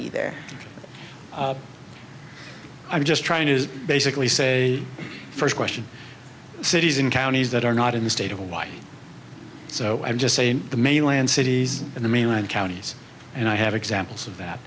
either i'm just trying to basically say first question cities in counties that are not in the state of hawaii so i'm just saying the mainland cities in the mainland counties and i have examples of that